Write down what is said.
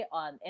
on